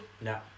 no